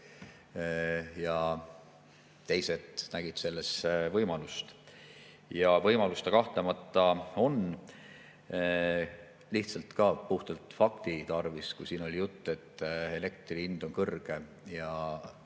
ja teised nägid selles võimalust. Võimalus ta kahtlemata on. Lihtsalt puhtalt fakti mõttes: kui siin oli jutt, et elektri hind on kõrge ja